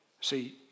See